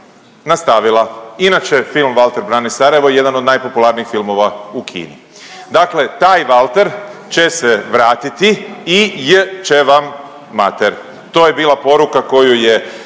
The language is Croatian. nastavila. Inače je film Valter brani Sarajevo jedan od najpopularnijih filmova u Kini. Dakle taj Valter će se vrati i i j će vam mater. To je bila poruka koju je